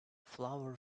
flower